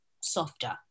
softer